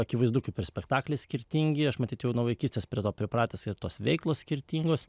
akivaizdu kaip ir spektakliai skirtingi aš matyt jau nuo vaikystės prie to pripratęs ir tos veiklos skirtingos